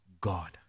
God